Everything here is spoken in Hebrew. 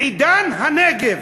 עידן הנגב.